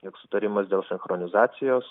tiek sutarimas dėl sinchronizacijos